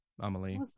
Amelie